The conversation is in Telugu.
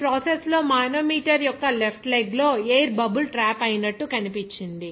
ఈ ప్రాసెస్ లో మానోమీటర్ యొక్క లెఫ్ట్ లెగ్ లో ఎయిర్ బబుల్ ట్రాప్ అయ్యినట్టు కనిపించింది